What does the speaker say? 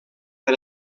per